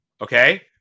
okay